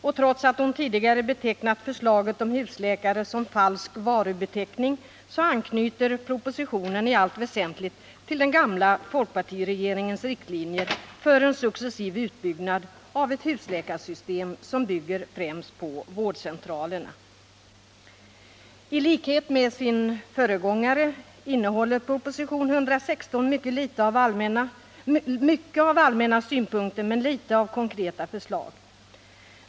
Och trots att hon tidigare betecknat förslaget om husläkare som falsk varubeteckning, anknyter propositionen i allt väsentligt till den gamla folkpartiregeringens riktlinjer för en successiv utbyggnad av ett husläkarsystem som bygger främst på vårdcentralerna. I likhet med sin föregångare innehåller proposition 116 mycket av allmänna synpunkter men litet av konkreta förslag.